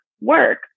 work